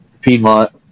Piedmont